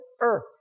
earth